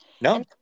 No